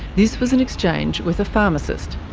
this was an exchange with a pharmacist